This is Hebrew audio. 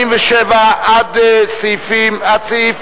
סעיף